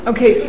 Okay